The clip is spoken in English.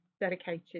dedicated